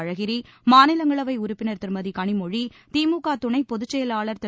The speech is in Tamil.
அழகிரி மாநிலங்களவை உறுப்பினர் திருமதி கனிமொழி திமுக துணைப் பொதுச்செயலாளர் திரு